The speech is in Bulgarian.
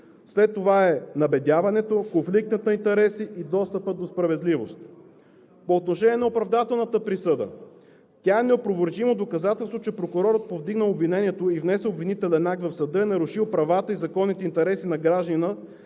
след това е набедяването, конфликтът на интереси и достъпът до справедливост. По отношение на оправдателната присъда. Тя е неопровержимо доказателство, че прокурорът, повдигнал обвинението и внесъл обвинителен акт в съда, е нарушил правата и законните интереси на гражданина,